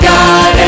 God